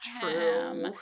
true